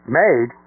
made